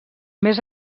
més